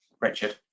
Richard